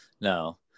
no